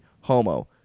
homo